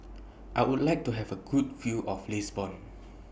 I Would like to Have A Good View of Lisbon